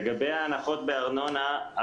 לגבי ההנחות בארנונה,